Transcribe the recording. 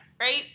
Right